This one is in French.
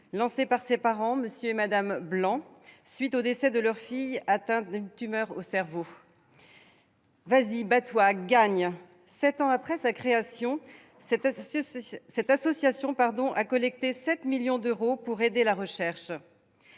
lancée par ses parents, M. et Mme Blanc, à la suite du décès de leur fille atteinte d'une tumeur au cerveau ; sept ans après sa création, cette association a collecté 7 millions d'euros pour aider la recherche.